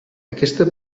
aquesta